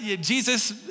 Jesus